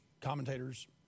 commentators